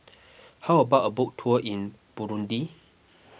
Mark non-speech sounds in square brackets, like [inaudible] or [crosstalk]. [noise] how about a boat tour in Burundi